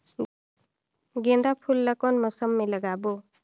गेंदा फूल ल कौन मौसम मे लगाबो?